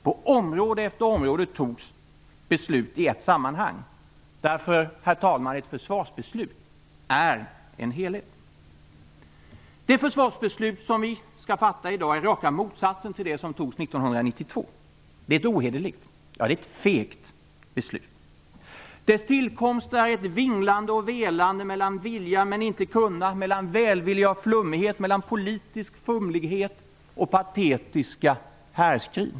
På område efter område togs beslut i ett sammanhang, eftersom ett försvarsbeslut, herr talman, är en helhet. Det försvarsbeslut som vi skall fatta i dag är alltså raka motsatsen till det som togs 1992. Det är ett ohederligt, ja, ett fegt beslut. Dess tillkomst är ett vinglande och velande mellan att vilja men inte kunna, mellan välvilja och flummighet, mellan politisk fumlighet och patetiska härskrin.